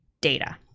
data